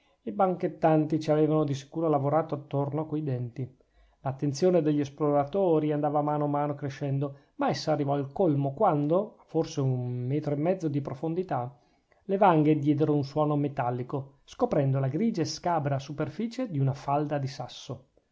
i banchettanti ci avevano di sicuro lavorato attorno coi denti l'attenzione degli esploratori andava a mano a mano crescendo ma essa arrivò al colmo quando a forse un metro e mezzo di profondità le vanghe diedero un suono metallico scoprendo la grigia e scabra superficie di una falda di sasso